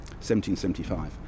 1775